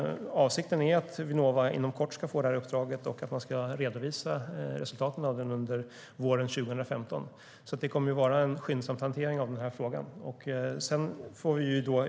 Avsikten är att Vinnova ska få uppdraget inom kort och redovisa resultaten under våren 2015. Det kommer alltså att vara en skyndsam hantering av denna fråga.